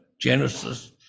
Genesis